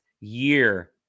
year